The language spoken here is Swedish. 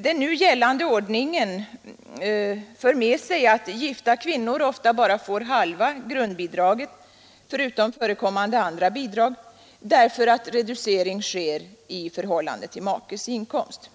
Den nu gällande ordningen för med sig att gifta kvinnor ofta får bara halva grundbidragen förutom förekommande andra bidrag, därför att reducering sker i förhållande till makens inkomst.